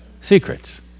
secrets